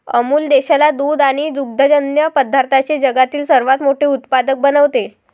अमूल देशाला दूध आणि दुग्धजन्य पदार्थांचे जगातील सर्वात मोठे उत्पादक बनवते